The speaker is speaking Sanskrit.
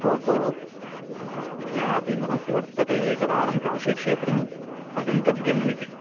ओहो म मयापि मनसि वर्तते एकवारं काशिक्षेत्रं गन्तव्यम् इति